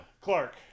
Clark